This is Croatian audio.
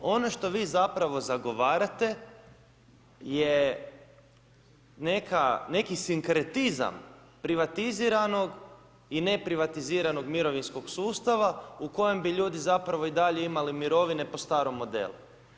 Ono što vi zapravo zagovarate je neki sinkretizam privatiziranog i neprivatiziranog mirovinskog sustava u kojem bi ljudi i dalje zapravo imali mirovine po starom modelu.